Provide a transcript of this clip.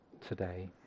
today